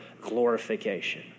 glorification